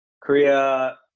Korea